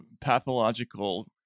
pathological